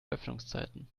öffnungszeiten